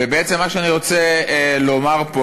ובעצם מה שאני רוצה לומר פה,